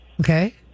Okay